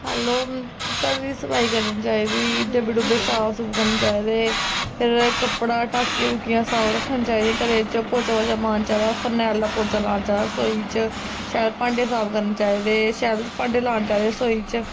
hello घर दी सफाई करनी चाहिदा डब्बे डुब्बे साफ करने चाहिदे फिर कपड़ा टाकियां टुकियां साफ रक्खनियां चाहिदियां पौचा पाच्चा मारना चाहिदा फरनैल दा पौचा लाना चाहिदा रसोई च शैल भांडे साफ करने चाहिदे शैल भंडे लाने चाहिदे रसोई च